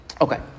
Okay